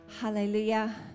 Hallelujah